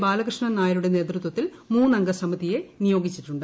ബാലകൃഷ്ണൻ നായരുടെ നേതൃത്വത്തിൽ മൂന്നംഗ സമിതിയെ നിയോഗിച്ചിട്ടുണ്ട്